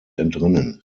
entrinnen